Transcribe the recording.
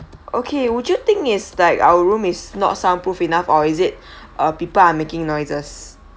okay would you think is like our room is not sound proof enough or is it uh people are making noises